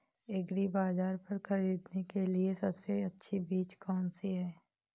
एग्रीबाज़ार पर खरीदने के लिए सबसे अच्छी चीज़ कौनसी है?